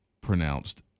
Pronounced